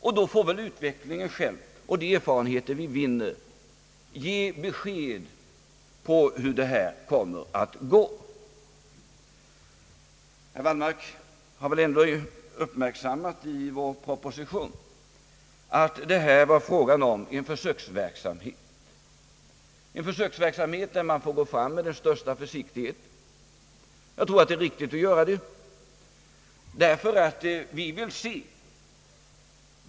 Sedan får väl utvecklingen själv och de erfarenheter vi vinner ge besked om hur det kommer att gå. Herr Wallmark har väl ändå i propositionen uppmärksammat, att det är fråga om en försöksverksamhet, där man går fram med den största försiktighet. Jag tror att det är riktigt att göra det, ty vi vill se hur det verkar.